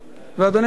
ואדוני היושב-ראש,